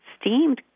steamed